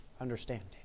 understanding